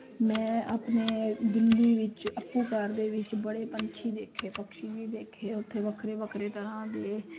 ਮੈਂ ਆਪਣੇ ਦਿੱਲੀ ਵਿੱਚ ਅੱਪੂ ਘਰ ਦੇ ਵਿੱਚ ਬੜੇ ਪੰਛੀ ਦੇਖੇ ਪਕਸ਼ੀ ਵੀ ਦੇਖੇ ਉੱਥੇ ਵੱਖਰੇ ਵੱਖਰੇ ਤਰ੍ਹਾਂ ਦੇ